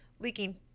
leaking